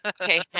okay